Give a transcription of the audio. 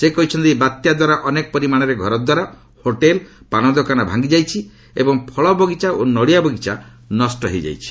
ସେ କହିଛନ୍ତି ବାତ୍ୟାଦ୍ୱାରା ଅନେକ ପରିମାଣର ଘରଦ୍ୱାର ହୋଟେଲ୍ ପାନ ଦୋକାନ ଭାଙ୍ଗିଯାଇଛି ଏବଂ ଫଳ ବଗିଚା ଓ ନଡ଼ିଆ ବଗିଚା ନଷ୍ଟ ହୋଇଯାଇଛି